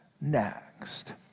next